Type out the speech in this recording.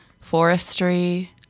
forestry